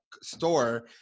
store